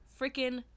freaking